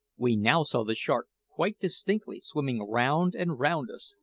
we now saw the shark quite distinctly swimming round and round us,